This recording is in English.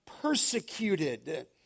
persecuted